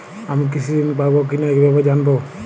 আমি কৃষি ঋণ পাবো কি না কিভাবে জানবো?